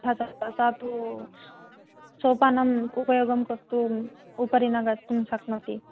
तथा सा तु सोपानम् उपयोगं कर्तुम् उपरि न गन्तुं शक्नोति